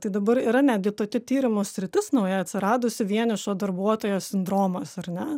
tai dabar yra netgi tokia tyrimų sritis nauja atsiradusi vienišo darbuotojo sindromas ar ne